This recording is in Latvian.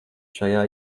šajā